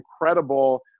incredible